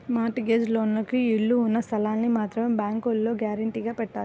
mart gauge లోన్లకు ఇళ్ళు ఉన్న స్థలాల్ని మాత్రమే బ్యేంకులో గ్యారంటీగా పెట్టాలి